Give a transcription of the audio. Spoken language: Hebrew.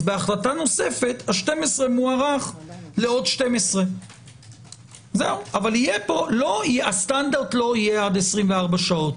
בהחלטה נוספת ה-12 מוארך לעוד 12. אבל הסטנדרט לא יהיה עד 24 שעות.